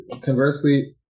conversely